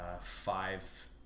five